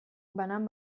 banan